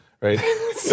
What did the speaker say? right